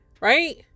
right